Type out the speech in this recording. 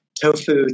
tofu